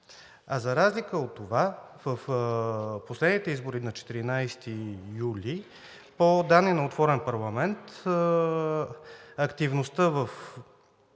А за разлика от това в последните избори на 14 юли, по данни на „Отворен парламент“, активността в